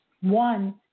One